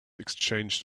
exchanged